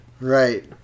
Right